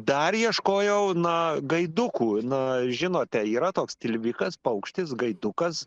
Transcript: dar ieškojau na gaidukų na žinote yra toks tilvikas paukštis gaidukas